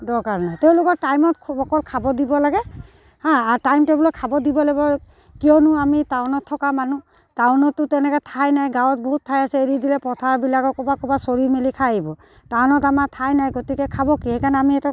দৰকাৰ নাই তেওঁলোকৰ টাইমত অকল খাব দিব লাগে হা আৰু টাইম টেবুলত খাব দিব লাগিব কিয়নো আমি টাউনত থকা মানুহ টাউনতো তেনেকৈ ঠাই নাই গাঁৱত বহুত ঠাই আছে এৰি দিলে পথাৰবিলাকৰ ক'ৰবাত ক'ৰবাত চৰি মেলি খাই টাউনত আমাৰ ঠাই নাই গতিকে খাব কি সেইকাৰণে আমি এটা